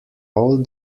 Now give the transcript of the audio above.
all